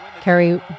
Carrie